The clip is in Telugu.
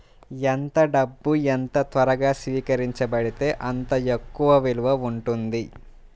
ఎంత డబ్బు ఎంత త్వరగా స్వీకరించబడితే అంత ఎక్కువ విలువ ఉంటుంది